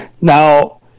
now